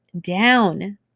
down